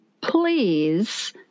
please